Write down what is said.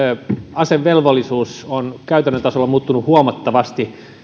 asevelvollisuus on käytännön tasolla muuttunut huomattavasti